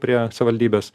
prie savivaldybės